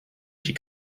she